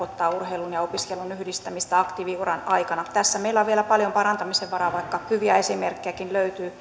urheilun ja opiskelun yhdistämistä aktiiviuran aikana tässä meillä on vielä paljon parantamisen varaa vaikka hyviä esimerkkejäkin löytyy